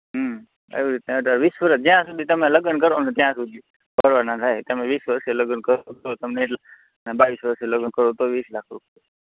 આવી રીતના અઢાર વીસ વર્ષ જ્યાં સુધી તમે લગ્ન કરોને ત્યાં સુધી ભરવાના થાય વીસ વર્ષે લગ્ન કરો તો તમને બાવીસ વર્ષે લગ્ન કરો તો તમને વીસ લાખ રૂપિયા